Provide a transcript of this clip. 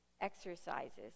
exercises